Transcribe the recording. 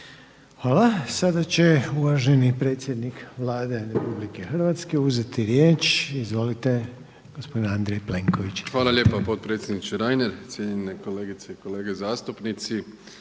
Hvala. Sada će uvaženi predsjednik Vlade RH uzeti riječ. Izvolite, gospodin Andrej Plenović. **Plenković, Andrej (HDZ)** Hvala lijepo potpredsjedniče Reiner. Cijenjene kolegice i kolege zastupnici.